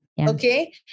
okay